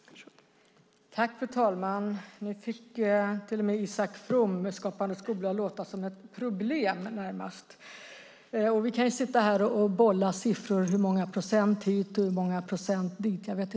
Jag återkommer, fru talman.